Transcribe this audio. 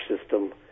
system